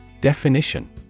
Definition